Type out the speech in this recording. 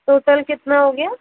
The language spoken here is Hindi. टोटल कितना हो गया